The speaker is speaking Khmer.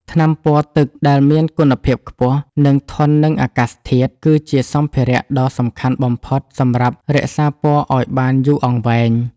ថ្នាំពណ៌ទឹកដែលមានគុណភាពខ្ពស់ និងធន់នឹងអាកាសធាតុ គឺជាសម្ភារៈដ៏សំខាន់បំផុតសម្រាប់រក្សាពណ៌ឱ្យបានយូរអង្វែង។